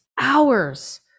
hours